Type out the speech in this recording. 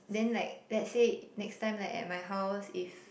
then like let's say next time like at my house if